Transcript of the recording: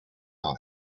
eye